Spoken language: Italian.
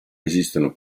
esistono